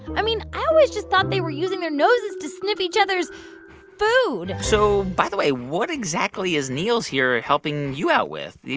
i mean, i always just thought they were using their noses to sniff each other's food so by the way, what exactly is niels here helping you out with? i